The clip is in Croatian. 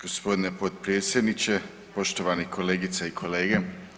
gospodine potpredsjedniče, poštovani kolegice i kolege.